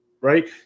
right